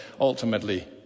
ultimately